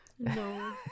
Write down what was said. No